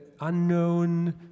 unknown